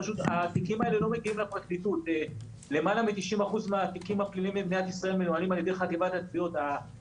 יכול להיות שפשוט לא הגיעו לכדי מיצוי בחקירת המשטרה.